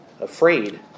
afraid